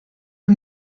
der